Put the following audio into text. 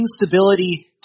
instability